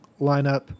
lineup